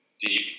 deep